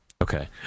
Okay